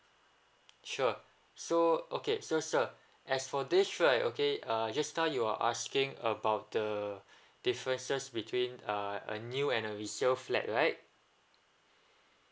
sure so okay so sir as for this right okay uh just now you are asking about the differences between uh a new and a resale flat right